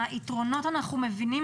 היתרונות אנחנו מבינים,